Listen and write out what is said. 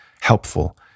helpful